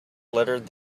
littered